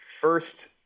first –